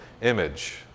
image